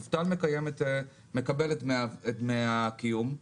מובטל מקבל את דמי הקיום,